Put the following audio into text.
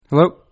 Hello